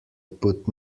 put